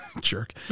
Jerk